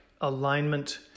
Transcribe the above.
alignment